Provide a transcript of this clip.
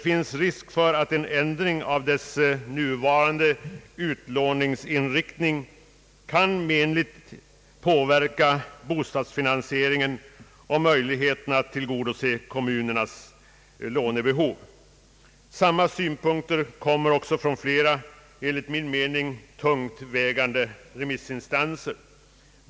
En ändring av dess nuvarande utlåningsinriktning skulle nämligen menligt påverka bostadsfinansieringen och möjligheterna att tillgodose kommunernas lånebehov.» Samma synpunkter kommer också från flera enligt min mening tungt vägande remissinstanser.